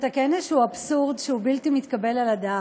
במטרה לתקן איזשהו אבסורד שהוא בלתי מתקבל על הדעת.